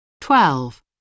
Twelve